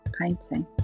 painting